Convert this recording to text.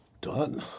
Done